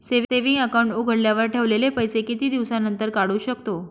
Saving account उघडल्यावर ठेवलेले पैसे किती दिवसानंतर काढू शकतो?